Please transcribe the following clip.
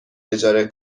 اجاره